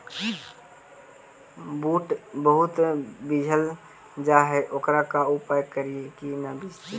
बुट बहुत बिजझ जा हे ओकर का उपाय करियै कि न बिजझे?